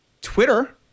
Twitter